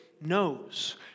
knows